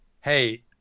Hey